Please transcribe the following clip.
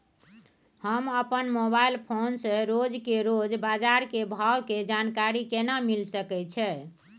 हम अपन mobile phone से रोज के रोज बाजार के भाव के जानकारी केना मिल सके छै?